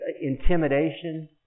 intimidation